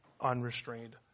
unrestrained